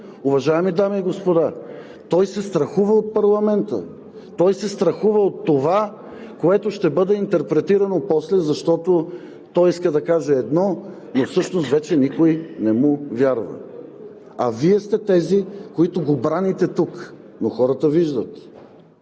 Уважаеми дами и господа, той се страхува от парламента, той се страхува от това, което ще бъде интерпретирано после, защото той иска да каже едно, но всъщност вече никой не му вярва! А Вие сте тези, които го браните тук. (Реплика от